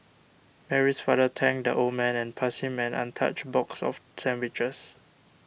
Mary's father thanked the old man and passed him an untouched box of sandwiches